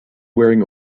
wearing